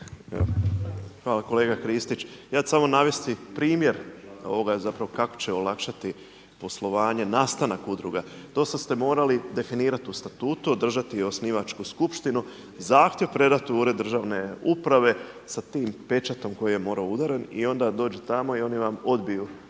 Hvala. Kolega Kristić, ja ću samo navesti primjer ovoga zapravo kako će olakšati poslovanje, nastanak udruga. Do sada ste morali definirati u statutu, održati osnivačku skupštinu, zahtjev predati u ured državne uprave sa tim pečatom koji je morao biti udaren i onda dođu tamo i oni vam odbiju